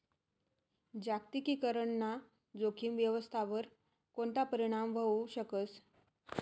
जागतिकीकरण ना जोखीम व्यवस्थावर कोणता परीणाम व्हवू शकस